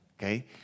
Okay